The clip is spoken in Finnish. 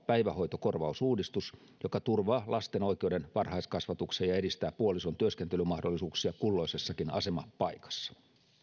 päivähoitokorvausuudistus joka turvaa lasten oikeuden varhaiskasvatukseen ja edistää puolison työskentelymahdollisuuksia kulloisessakin asemapaikassa